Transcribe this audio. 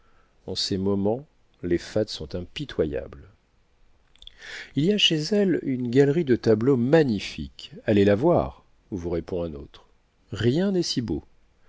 en ces moments les fats sont impitoyables il y a chez elle une galerie de tableaux magnifiques allez la voir vous répond un autre rien n'est si beau